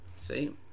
See